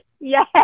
Yes